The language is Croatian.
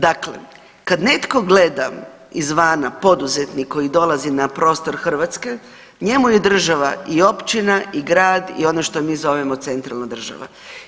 Dakle, kad netko gleda izvana poduzetnik koji dolazi na prostor Hrvatske, njemu je država i općina i grad i ono što mi zovemo centralna država.